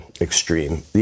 extreme